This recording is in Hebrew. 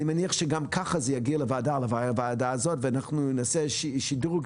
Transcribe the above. אני מניח שגם ככה זה יגיע לוועדה הזאת ואנחנו נעשה שדרוג.